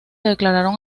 declararon